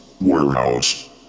warehouse